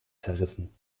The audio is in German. zerrissen